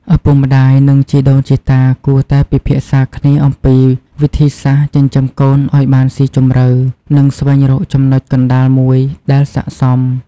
ឪពុកម្តាយ និងជីដូនជីតាគួរតែពិភាក្សាគ្នាអំពីវិធីសាស្ត្រចិញ្ចឹមកូនឲ្យបានស៊ីជម្រៅ និងស្វែងរកចំណុចកណ្តាលមួយដែលស័ក្តិសម។